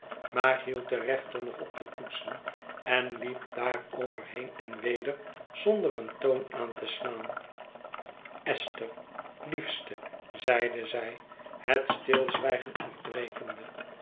maar hield de rechter nog op de toetsen en liep daarover heen en weder zonder een toon aan te slaan esther liefste zeide zij het stilzwijgen afbrekende